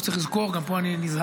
בסוף צריך לזכור, גם פה אני נזהר.